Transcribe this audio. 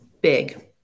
big